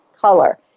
color